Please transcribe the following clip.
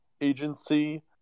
agency